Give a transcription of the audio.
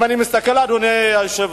אם אני מסתכל, אדוני היושב-ראש,